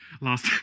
last